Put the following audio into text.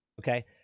okay